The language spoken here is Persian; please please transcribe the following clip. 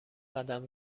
قدم